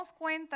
cuenta